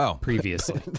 previously